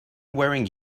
wearing